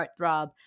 heartthrob